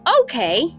okay